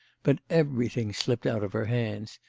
but everything slipped out of her hands,